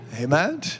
Amen